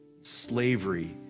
slavery